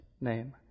name